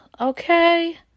Okay